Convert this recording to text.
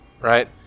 Right